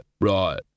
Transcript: right